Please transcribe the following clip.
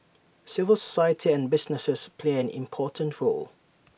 civil society and businesses play an important role